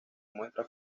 muestra